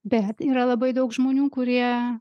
bet yra labai daug žmonių kurie